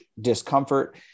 discomfort